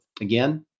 again